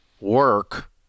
work